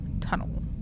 tunnel